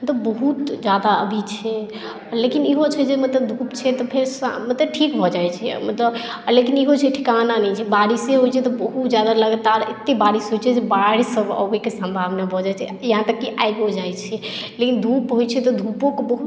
तऽ बहुत जादा अभी छै लेकिन इहो छै जे मतलब धुप छै तऽ फेर ठीक भऽ जाइ छै तऽ लेकिन इहो छै ठिकाना नहि छै बारिशे होइ छै तऽ लगातार बहुत जादा एते जादा बारिश होइ छै जे बाढ़ि सभ अबैके सम्भावना भऽ जाइ छै इहाॅं तक कि आबि जाइ छै लेकिन धुप होइ छै तऽ धूपोके बहुत